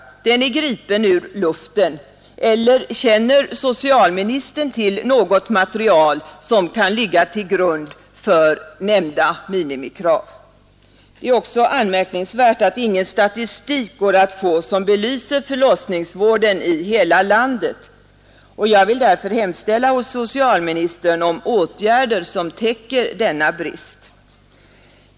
Den är gripen ur luften. Eller känner socialministern till något material, som kan ligga till grund för nämnda minimikrav? Anmärkningsvärt är också att det inte går att få någon statistik som belyser förlossningsvården i hela landet. Jag vill därför hemställa till socialministern om åtgärder som täcker denna brist.